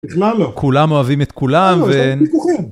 כלם אוהבים את כולם ו...